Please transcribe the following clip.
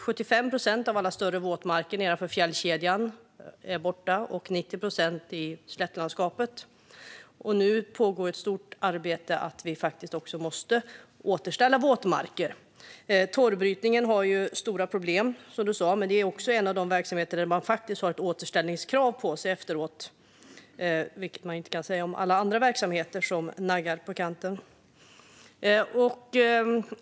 75 procent av alla större våtmarker nedanför fjällkedjan är borta, 90 procent i slättlandskapet. Nu pågår ett stort arbete, som vi också måste göra, med att återställa våtmarker. Torvbrytningen medför stora problem, som du sa, men är också en av de verksamheter där man faktiskt har ett återställningskrav på sig efteråt, vilket man inte kan säga om alla andra verksamheter som naggar i kanten.